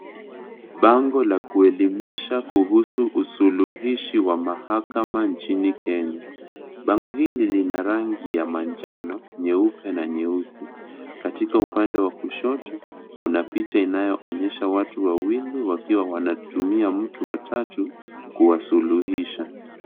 Bango la kuelimisha kuhusu usuluhishi wa mahakama nchini Kenya. Bango hili lina rangi ya manjano, nyeupe na nyeusi. Katika upande wa kushoto kuna picha inayoonyesha watu wawili wakiwa wanatumia mtu wa tatu kuwasuluhisha.